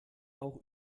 auch